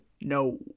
No